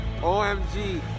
OMG